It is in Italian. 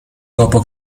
dopo